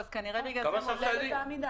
יש פחות, אז כנראה בגלל זה מורשית העמידה.